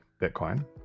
bitcoin